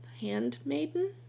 handmaiden